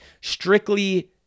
strictly